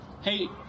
hey